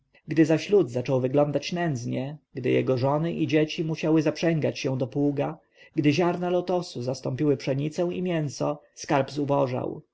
gdy zaś lud zaczął wyglądać nędznie gdy jego żony i dzieci musiały zaprzęgać się do pługa gdy ziarna lotosu zastąpiły pszenicę i mięso skarb zubożał